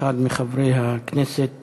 אחד מחברי הכנסת